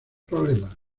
problemas